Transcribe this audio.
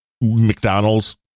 McDonald's